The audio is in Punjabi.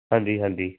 ਹਾਂਜੀ ਹਾਂਜੀ